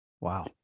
Wow